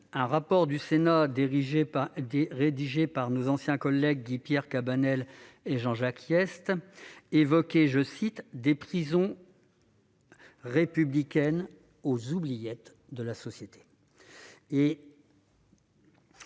un rapport du Sénat, rédigé par nos anciens collègues Guy-Pierre Cabanel et Jean-Jacques Hyest évoquait « des prisons républicaines aux oubliettes de la société »,